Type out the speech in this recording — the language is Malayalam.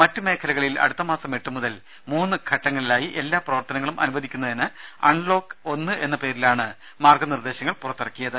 മറ്റ് മേഖലകളിൽ അടുത്ത മാസം എട്ട് മുതൽ മൂന്ന് ഘട്ടങ്ങളിലായി എല്ലാ പ്രവർത്തനങ്ങളും അനുവദിക്കുന്നതിന് അൺലോക്ക് ഒന്ന് എന്ന പേരിലാണ് മാർഗനിർദേശങ്ങൾ പുറത്തിറക്കിയത്